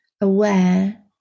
aware